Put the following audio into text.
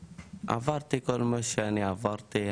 ועברתי את כל מה שאני עברתי,